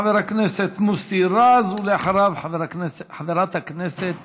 חבר הכנסת מוסי רז, ואחריו, חברת הכנסת